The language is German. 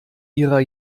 ihrer